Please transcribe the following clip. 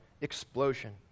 explosion